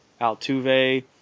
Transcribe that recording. Altuve